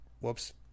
Whoops